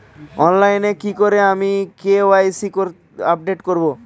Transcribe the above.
অনলাইনে কি করে আমি কে.ওয়াই.সি আপডেট করব?